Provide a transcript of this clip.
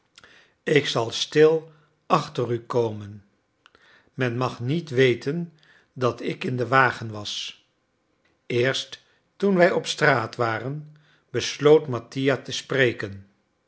ik zal stil achter u komen men mag niet weten dat ik in den wagen was eerst toen wij op straat waren besloot mattia te spreken